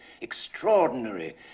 extraordinary